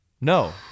No